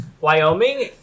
Wyoming